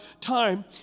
time